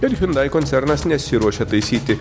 ir hiundai koncernas nesiruošia taisyti